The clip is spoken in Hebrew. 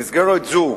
במסגרת זו